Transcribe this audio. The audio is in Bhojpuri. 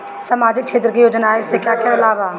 सामाजिक क्षेत्र की योजनाएं से क्या क्या लाभ है?